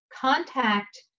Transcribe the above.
contact